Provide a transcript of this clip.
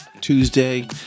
Tuesday